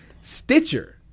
Stitcher